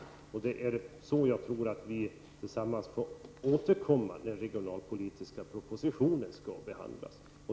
Det är på det sättet som jag tror att vi får återkomma då den regionalpolitiska propositionen skall behandlas.